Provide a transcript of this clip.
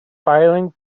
filing